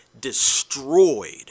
destroyed